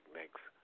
next